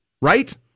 right